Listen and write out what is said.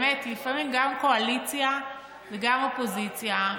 לפעמים גם קואליציה וגם אופוזיציה,